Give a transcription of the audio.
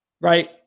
right